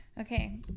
Okay